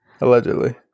Allegedly